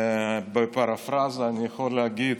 ובפרפראזה אני יכול להגיד